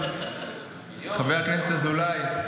חבר הכנסת אזולאי,